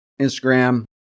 Instagram